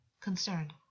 concerned